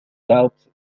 doubt